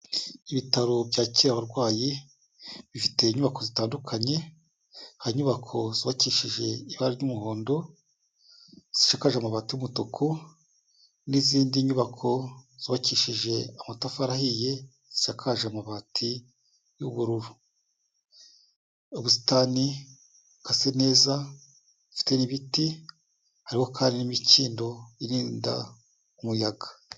Ibitaro byakira abarwayi, bifite inyubako zitandukanye, hari inyubako zubakishije ibara ry'umuhondo zisakaje amabati y'umutuku n'izindi nyubako zubakishije amatafari ahiye zisakaje amabati y'ubururu. Ubusitani busa neza bufite n'ibiti hariho kandi n'imikindo irinda umuyaga.